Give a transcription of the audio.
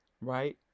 Right